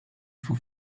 for